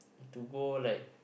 to go like